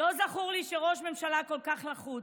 לא זכור לי שראש ממשלה כל כך לחוץ.